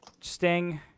Sting